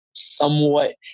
Somewhat